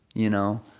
you know?